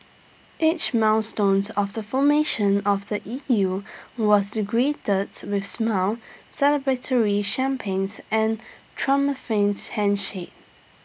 each milestones of the formation of the E U was greeted with smiles celebratory champagnes and triumphant handshakes